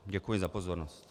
Děkuji za pozornost.